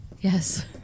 Yes